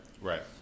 Right